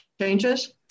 changes